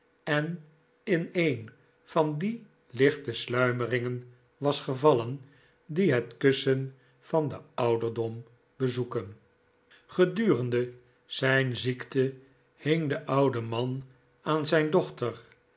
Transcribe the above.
en in een van die lichte sluimeringen was gevallen die het kussen van den ouderdom bezoeken gedurende zijn ziekte hing de oude man aan zijn dochter